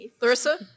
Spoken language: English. Larissa